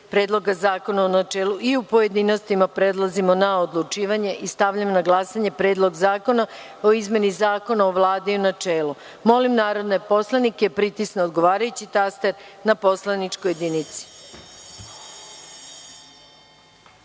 Predloga zakona u načelu i u pojedinostima, prelazimo na odlučivanje. Stavljam na glasanje Predlog zakona o izmeni Zakona o Vladi u načelu. Molim narodne poslanike da pritisnu odgovarajući taster na poslaničkoj